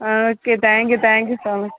ആ okay thank you thank you so much